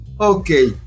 Okay